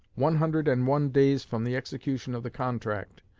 one hundred and one days from the execution of the contract,